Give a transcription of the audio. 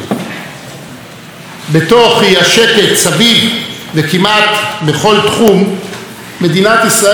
בתוך האי-שקט סביב וכמעט בכל תחום מדינת ישראל עולה ופורחת.